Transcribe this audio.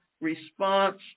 response